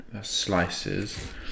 slices